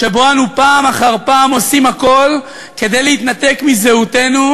שבו אנו פעם אחר פעם עושים הכול כדי להתנתק מזהותנו,